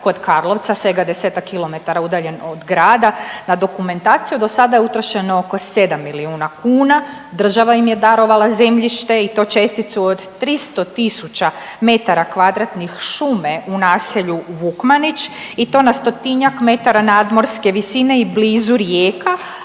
kod Karlovca, svega desetak kilometara udaljen o grada. Na dokumentaciju do sada je utrošeno oko 7 milijuna kuna. Država im je darovala zemljište i to česticu od 300 000 m2 šume u naselju Vukmanić i to na stotinjak metara nadmorske visine i blizu rijeka,